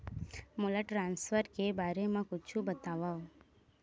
मोला ट्रान्सफर के बारे मा कुछु बतावव?